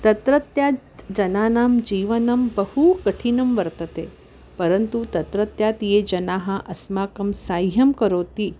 तत्रत्य जनानां जीवनं बहु कठिनं वर्तते परन्तु तत्रत्य ये जनः अस्माकं साहाय्यं करोति